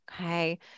Okay